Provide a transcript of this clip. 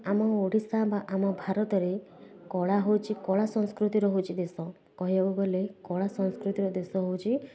ଆମ ଓଡ଼ିଶା ବା ଆମ ଭାରତରେ କଳା ହେଉଛି କଳା ସଂସ୍କୃତିର ହେଉଛି ଦେଶ କହିବାକୁ ଗଲେ କଳା ସଂସ୍କୃତିର ଦେଶ ହେଉଛି